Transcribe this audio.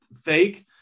fake